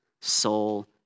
soul